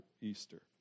easter